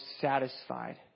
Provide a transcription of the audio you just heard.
satisfied